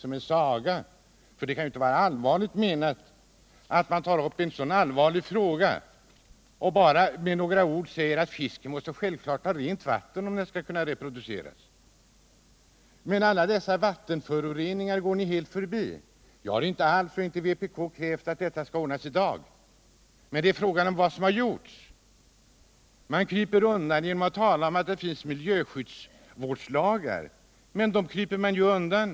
Ni tar upp ett så allvarligt problem och säger bara med några ord att fisken självfallet måste ha rent vatten om den skall kunna reproducera sig! Men ni går helt förbi alla de valtenföroreningar som förekommer! Jag och vpk har inte krävt att problemen skall lösas i dag. Men frågan är vad som har gjorts. Einar Larsson talar om att det finns miljöskyddslagar. Men dem kryper man ju undan!